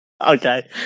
Okay